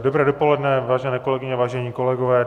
Dobré dopoledne, vážené kolegyně, vážení kolegové.